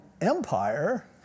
Empire